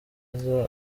aza